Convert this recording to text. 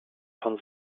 von